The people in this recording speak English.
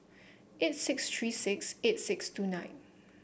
eight six three six eight six two nine